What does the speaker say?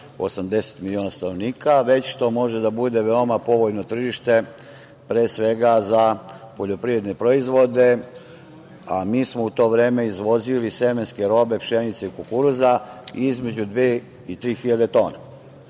80 miliona stanovnika, već to može da bude veoma povoljno tržište pre svega za poljoprivredne proizvode, a mi smo u to vreme izvozili semenske robe pšenice i kukuruza između dve i tri hiljade tona.